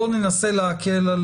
בואו ננסה להקל.